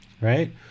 right